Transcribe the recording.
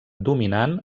dominant